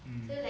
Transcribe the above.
mm